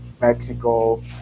Mexico